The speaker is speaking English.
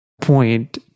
point